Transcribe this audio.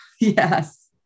Yes